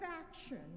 action